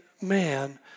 man